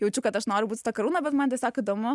jaučiu kad aš noriu būt su ta karūna bet man tiesiog įdomu